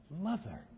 mother